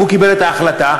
והוא קיבל את ההחלטה,